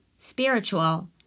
spiritual